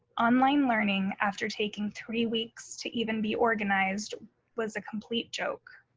online learning after taking three weeks to even be organized was a complete joke,